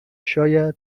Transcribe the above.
شاید